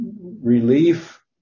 relief